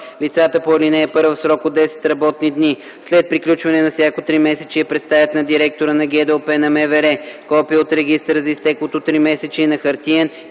Лицата по ал. 1 в срок от 10 работни дни след приключване на всяко тримесечие представят на директора на ГДОП на МВР копие от регистъра за изтеклото тримесечие на хартиен